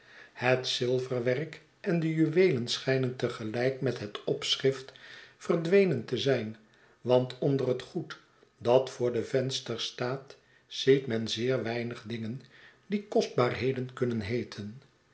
het zilverwerk en de juweelen schijnen te gelijk met het opschrift verdwenen te zijn want onder het goed dat voor de vensters staat ziet men zeer weinig dinger die kostbaarheden kunnen heeten